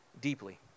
deeply